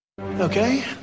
Okay